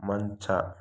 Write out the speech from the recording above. ಮಂಚ